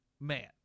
Man